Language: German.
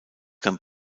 kann